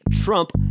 Trump